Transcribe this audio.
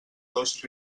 dos